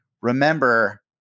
remember